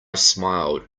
smiled